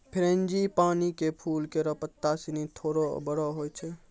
frangipani क फूल केरो पत्ता सिनी थोरो बड़ो होय छै